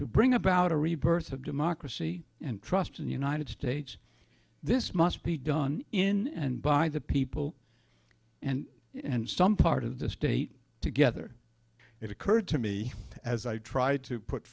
to bring about a rebirth of democracy and trust in the united states this must be done in and by the people and and some part of the state together it occurred to me as i tried to put